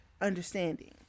understanding